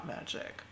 Magic